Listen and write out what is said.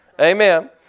Amen